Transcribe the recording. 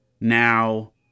Now